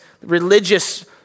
religious